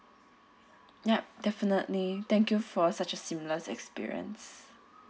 yup definitely thank you for such a seamless experience